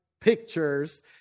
pictures